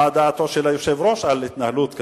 מה דעתו של היושב-ראש על התנהלות כזאת,